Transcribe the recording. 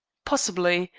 possibly.